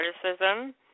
criticism